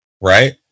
Right